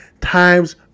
times